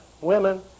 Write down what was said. women